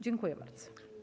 Dziękuję bardzo.